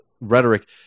rhetoric